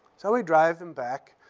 so we drive and back.